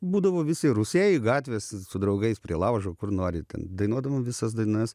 būdavo visi rūsiai gatvės su draugais prie laužo kur nori ten dainuodavom visas dainas